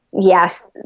Yes